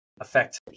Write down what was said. affect